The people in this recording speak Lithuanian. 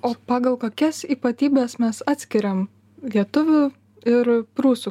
o pagal kokias ypatybes mes atskiriam lietuvių ir prūsų